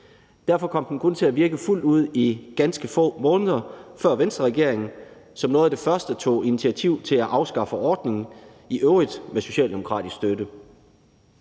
Derfor kom den kun til at virke fuldt ud i ganske få måneder, før Venstreregeringen som noget af det første tog initiativ til at afskaffe ordningen, i øvrigt med socialdemokratisk støtte.